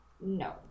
No